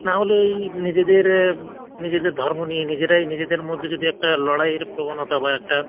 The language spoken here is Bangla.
না হলে এই নিজেদের নিজেদের ধর্ম নিয়ে নিজেরাই নিজেদের মধ্যে যদি একটা লড়াইয়ের প্রবণতা বা একটা